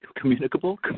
Communicable